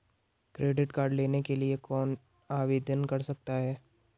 Credit card लेने के लिए कौन आवेदन कर सकता है?